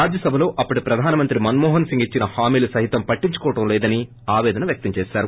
రాజ్యసభలో అప్పటి ప్రధాని మంత్రి మన్మోహన్సింగ్ ఇచ్చిన హామీలు సహితం పట్టించుకోవడం లేదని ఆపేదన వ్యక్తం చేశారు